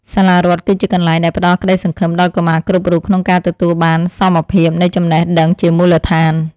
សាលារដ្ឋគឺជាកន្លែងដែលផ្តល់ក្តីសង្ឃឹមដល់កុមារគ្រប់រូបក្នុងការទទួលបានសមភាពនៃចំណេះដឹងជាមូលដ្ឋាន។